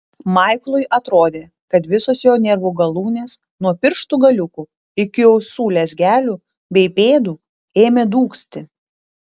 maiklui atrodė kad visos jo nervų galūnės nuo pirštų galiukų iki ausų lezgelių bei pėdų ėmė dūgzti